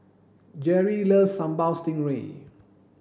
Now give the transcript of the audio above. Jerri loves sambal stingray